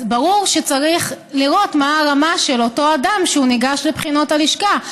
אז ברור שצריך לראות מה הרמה של אותו אדם שניגש לבחינות הלשכה,